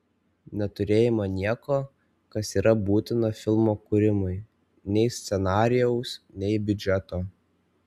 neturėjome nieko kas yra būtina filmo kūrimui nei scenarijaus nei biudžeto